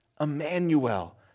Emmanuel